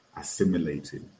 assimilated